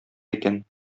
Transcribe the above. икән